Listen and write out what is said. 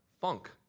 funk